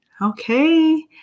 Okay